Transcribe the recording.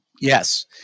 Yes